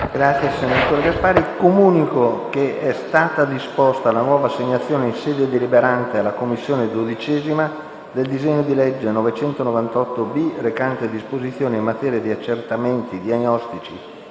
finestra"). Comunico che è stata disposta la nuova assegnazione in sede deliberante alla Commissione 12a del disegno di legge n. 998-B, recante: «Disposizioni in materia di accertamenti diagnostici